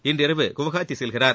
இன்றிரவு குவஹாத்தி செல்கிறார்